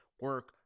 Work